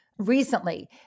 recently